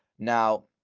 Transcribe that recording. now,